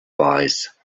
wise